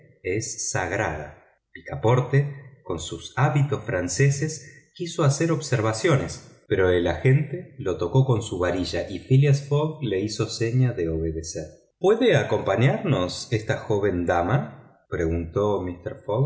es sagrada picaporte con sus hábitos franceses quiso hacer observaciones pero el agente le tocó con su varilla y phileas fogg le hizo seña de obedecer puede acompañarnos esta joven dama preguntó